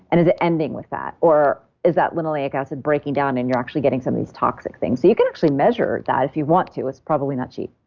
and is it ending with that or is that linoleic acid breaking down and you're actually getting some of these toxic things? you can actually measure that if you want to. it's probably not cheap,